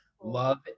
Love